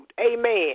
Amen